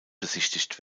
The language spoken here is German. besichtigt